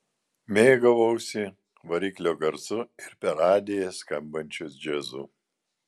mėgavausi variklio garsu ir per radiją skambančiu džiazu